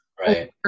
Right